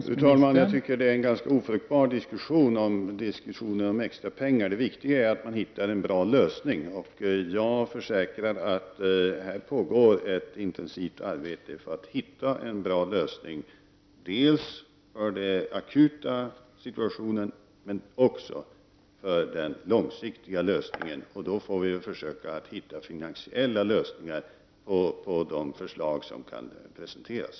Fru talman! Jag tycker att diskussionen om extrapengar är ganska ofruktbar. Vad som är viktigt är ju att hitta en bra lösning. Jag försäkrar att det pågår ett intensivt arbete för att hitta en sådan dels i fråga om den akuta situationen, dels i fråga om en långsiktig lösning. Vi får försöka hitta finansiella lösningar när förslag har presenterats.